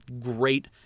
great